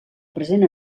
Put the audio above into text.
present